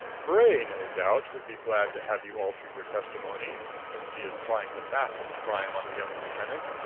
bray no doubt would be glad to have you alter your testimony, since he is trying to fasten the crime on the young lieutenant.